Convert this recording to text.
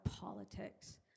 politics